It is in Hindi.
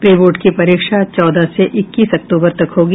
प्री बोर्ड की परीक्षा चौदह से इक्कीस अक्टूबर तक होगी